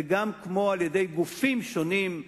וגם על-ידי גופים שונים,